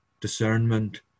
discernment